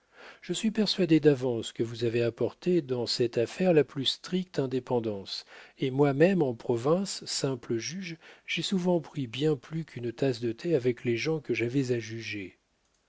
je suis persuadé d'avance que vous avez apporté dans cette affaire la plus stricte indépendance et moi-même en province simple juge j'ai souvent pris bien plus qu'une tasse de thé avec les gens que j'avais à juger